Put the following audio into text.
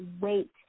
wait